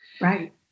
Right